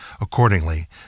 Accordingly